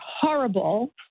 horrible